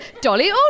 Dolly